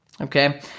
Okay